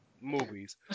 movies